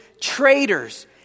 traitors